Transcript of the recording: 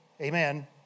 Amen